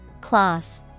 Cloth